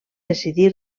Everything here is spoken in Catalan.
decidí